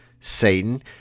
Satan